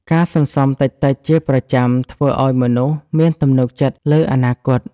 ការសន្សុំតិចៗជាប្រចាំធ្វើឱ្យមនុស្សមានទំនុកចិត្តលើអនាគត។